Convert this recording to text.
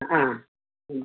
ആ